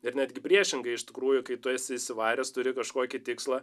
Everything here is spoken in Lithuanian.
ir netgi priešingai iš tikrųjų kai tu esi įsivaręs turi kažkokį tikslą